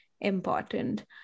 important